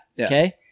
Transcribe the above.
Okay